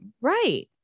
Right